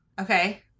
Okay